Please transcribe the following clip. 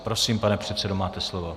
Prosím, pane předsedo, máte slovo.